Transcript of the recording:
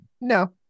No